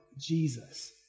Jesus